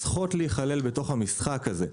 לכלכלנים פה צריכות להיכלל בתוך המשחק הזה.